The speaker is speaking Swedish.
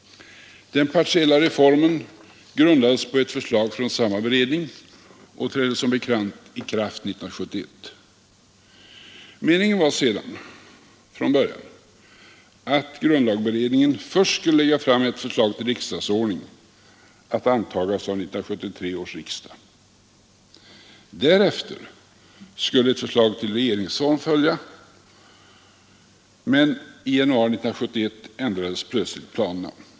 Den partiella reformen grundades på ett förslag från samma beredning och trädde som bekant i kraft 1971. Från början var meningen sedan att grundlagberedningen först skulle lägga fram ett förslag till riksdagsordning att antagas av 1973 års riksdag. Därefter skulle ett förslag till regeringsform följa. Men i januari 1971 ändrades plötsligt planerna.